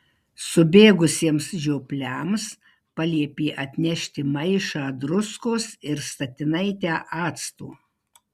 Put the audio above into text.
subėgusiems žiopliams paliepė atnešti maišą druskos ir statinaitę acto